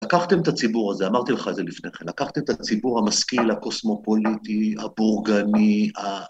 לקחתם את הציבור הזה, אמרתי לך על זה לפני כן, לקחתם את הציבור המשכיל, הקוסמופוליטי, הבורגני,